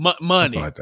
Money